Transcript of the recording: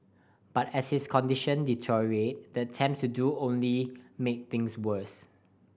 but as his condition deteriorated the attempts to do only made things worse